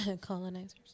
colonizers